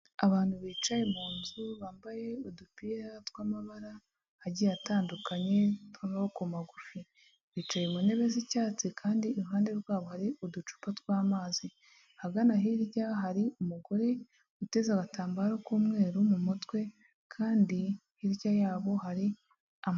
Abantu bicaye mu nzu, bambaye udupira twamabara agiye atandukanye, tw'amaboko magufi, bicaye mu ntebe z'icyatsi kandi iruhande rwabo hari uducupa tw'amazi, ahagana hirya hari umugore uteze agatambaro k'umweru mu mutwe kandi hirya yabo hari ama...